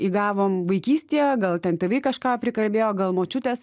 įgavom vaikystėje gal ten tėvai kažką prikalbėjo gal močiutės